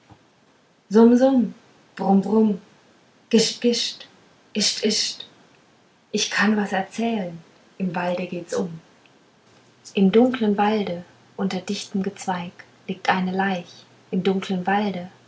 brumm gischt gischt ischt ischt ich kann was erzählen im walde geht's um im dunkeln walde unter dichtem gezweig liegt eine leich im dunkeln walde